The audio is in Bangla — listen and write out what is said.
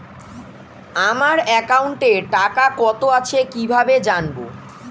আমার একাউন্টে টাকা কত আছে কি ভাবে জানবো?